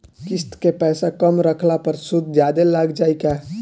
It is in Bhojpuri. किश्त के पैसा कम रखला पर सूद जादे लाग जायी का?